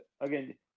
again